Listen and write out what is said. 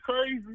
Crazy